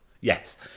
Yes